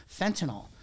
fentanyl